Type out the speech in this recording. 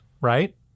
right